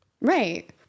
Right